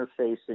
interfacing